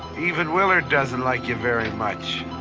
even willard doesn't like you very much.